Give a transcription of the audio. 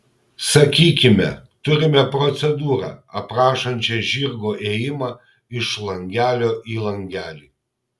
sakykime turime procedūrą aprašančią žirgo ėjimą iš langelio į langelį